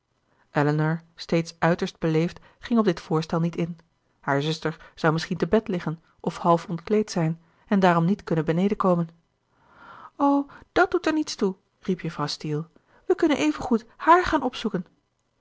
elinor steeds uiterst beleefd ging op dit voorstel niet in haar zuster zou misschien te bed liggen of half ontkleed zijn en daarom niet kunnen beneden komen o dàt doet er niets toe riep juffrouw steele we kunnen evengoed hààr gaan opzoeken